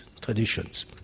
traditions